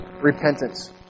repentance